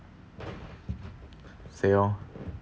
sei oh